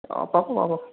অঁ পাব পাব